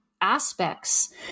aspects